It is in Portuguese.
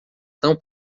são